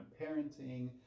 parenting